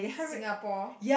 Singapore